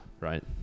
right